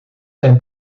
zijn